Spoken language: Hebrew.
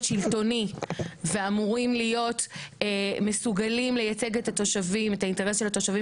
שלטוני ואמורים להיות מסוגלים לייצג את האינטרס של התושבים